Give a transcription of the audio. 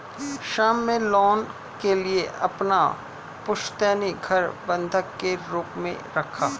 श्याम ने लोन के लिए अपना पुश्तैनी घर बंधक के रूप में रखा